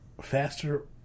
faster